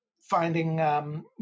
finding